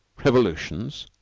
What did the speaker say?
revolutions,